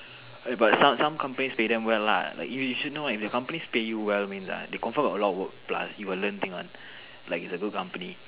but some some companies pay them well lah like you you should know one if the companies pay you well means ah they confirm got a lot of work plus you will learn thing one like it's a good company